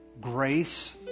grace